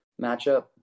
matchup